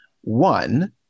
One